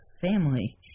family